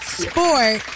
sport